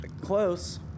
Close